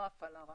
רק הפעלה.